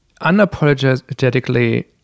unapologetically